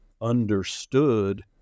understood